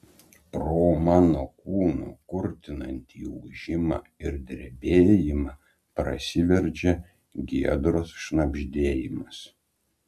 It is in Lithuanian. pro mano kūno kurtinantį ūžimą ir drebėjimą prasiveržia giedros šnabždėjimas